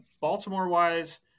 Baltimore-wise